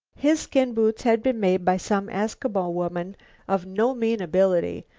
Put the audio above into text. his skin-boots had been made by some eskimo woman of no mean ability.